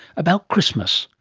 about christmas,